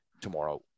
tomorrow